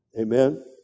Amen